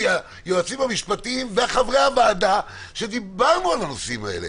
היועצים המשפטיים וחברי הוועדה שדיברנו על הנושאים האלה.